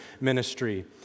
Ministry